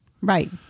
Right